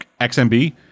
XMB